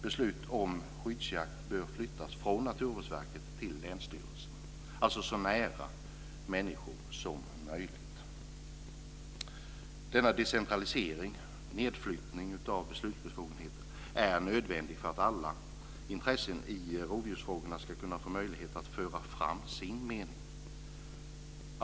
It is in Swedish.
Beslut om skyddsjakt bör flyttas från Naturvårdsverket till länsstyrelserna, alltså så nära människor som möjligt. Denna decentralisering, nedflyttning av beslutsbefogenheter, är nödvändig för att alla intressen i rovdjursfrågorna ska få möjlighet att föra fram sin mening.